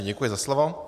Děkuji za slovo.